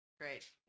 Great